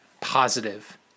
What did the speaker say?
positive